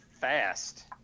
fast